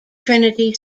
trinity